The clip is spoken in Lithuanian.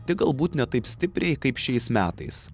tik galbūt ne taip stipriai kaip šiais metais